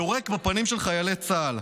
יורק בפנים של חיילי צה"ל.